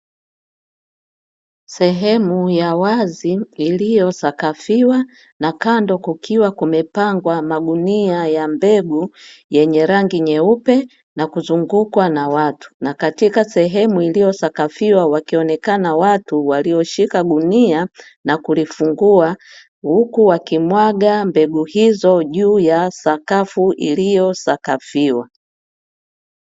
Sehemu ya wazi iliyosakafiwa na kando kukiwa kumepangwa magunia ya mbegu yenye rangi nyeupe na kuzungukwa na watu, na katika sehemu iliyosakafiwa wakionekana watu walioshika gunia na kulifungua, huku wakimwaga mbegu hizo juu ya sakafu iliyosakafiwa.